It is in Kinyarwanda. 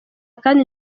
kandi